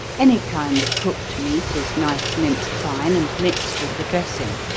any kind of cooked meat is nice minced fine, and mixed with the dressing.